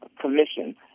commission